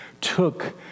took